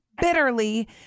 bitterly